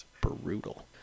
brutal